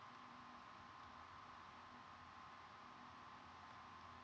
oh ah